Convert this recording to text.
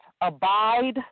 abide